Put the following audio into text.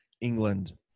England